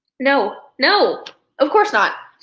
no, no of course not.